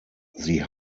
sie